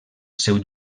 seu